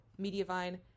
Mediavine